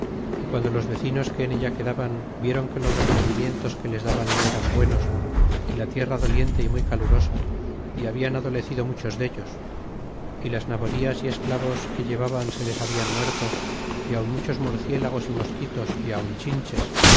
y piando los vecinos que en ella quedaban viéron que los repartimientos que les daban no eran buenos y la tierra doliente y muy calurosa é habian adolecido muchos dellos é las naborias é esclavos que llevaban se les hablan muerto y aun muchos murciélagos y mosquitos y aun chinches